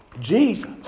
Jesus